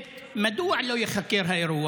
2. מדוע לא ייחקר האירוע?